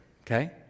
okay